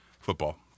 football